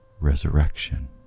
resurrection